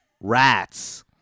rats